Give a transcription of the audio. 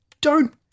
Don't